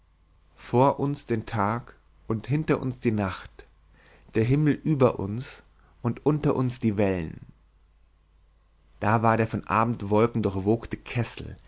vor uns den tag und hinter uns die nacht den himmel über uns und unter uns die wellen da war der von abendwolken durchwogte kessel